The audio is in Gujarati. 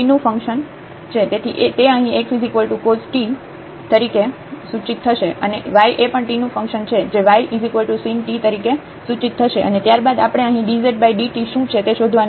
તેથી તે અહીં xcos t તરીકે સૂચિત થશે અને y એ પણ t નું ફંક્શન છે જે ysin t તરીકે સૂચિત થશે અને ત્યારબાદ આપણે અહીં dzdt શું છે તે શોધવાનું છે